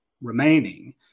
remaining